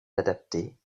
adaptée